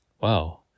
Wow